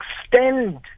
extend